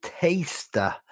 taster